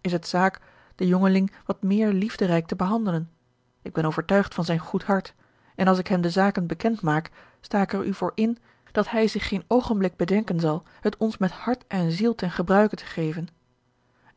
is het zaak den jongeling wat meer liefderijk te behandelen ik ben overtuigd van zijn goed hart en als ik hem de zaken bekend maak sta ik er u voor in dat hij zich geen oogenblik bedenken zal het ons met hart en ziel ten gebruike te geven